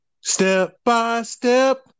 Step-by-step